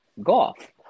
golf